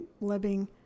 living